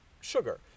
sugar